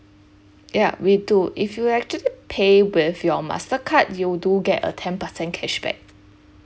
yup we do if you actually pay with your master card you do get a ten percent cashback